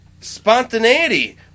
Spontaneity